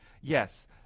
Yes